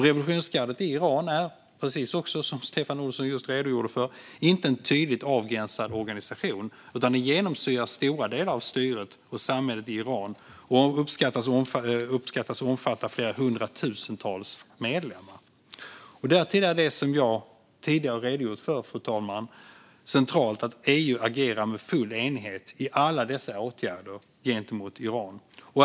Revolutionsgardet i Iran är, som Stefan Olsson just redogjorde för, inte en tydligt avgränsad organisation utan genomsyrar stora delar av styret och samhället i Iran och uppskattas omfatta hundratusentals medlemmar. Därtill är det, som jag tidigare har redogjort för, fru talman, centralt att EU agerar med full enighet i alla dessa åtgärder gentemot Iran.